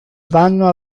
vanno